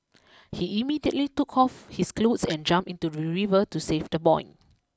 he immediately took off his clothes and jumped into the river to save the boy